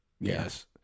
Yes